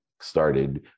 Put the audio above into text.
started